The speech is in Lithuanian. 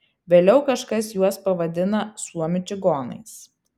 vėliau kažkas juos pavadina suomių čigonais